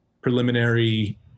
preliminary